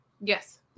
Yes